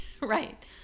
Right